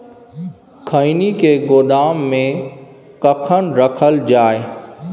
खैनी के गोदाम में कखन रखल जाय?